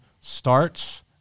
starts